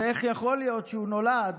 ואיך יכול להיות שהוא נולד